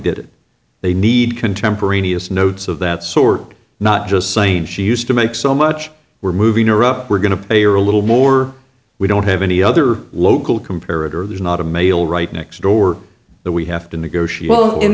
did they need contemporaneous notes of that sort not just saying she used to make so much we're moving around we're going to pay or a little more we don't have any other local comparative or there's not a male right next door that we have to negotiate well in